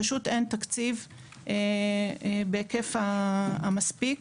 פשוט אין תקציב בהיקף מספק.